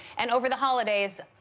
and over the holidays,